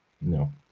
No